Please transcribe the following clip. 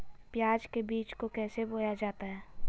प्याज के बीज को कैसे बोया जाता है?